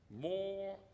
more